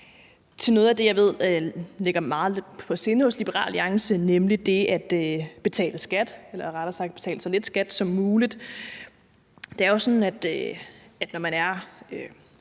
til noget af det, jeg ved ligger Liberal Alliance på sinde, nemlig det at betale skat, eller rettere sagt det at betale så lidt skat som muligt. Det er jo sådan, at man, når man er